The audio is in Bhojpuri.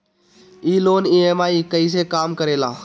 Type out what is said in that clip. ई लोन ई.एम.आई कईसे काम करेला?